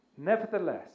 Nevertheless